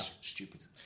stupid